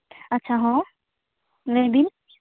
ᱟᱪᱪᱷᱟ ᱦᱚᱸ ᱞᱟᱹᱭ ᱵᱤᱧ